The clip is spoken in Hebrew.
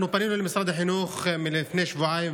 אנחנו פנינו למשרד החינוך לפני שבועיים,